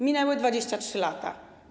Minęły 23 lata.